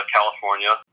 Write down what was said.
California